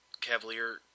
Cavalier